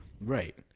Right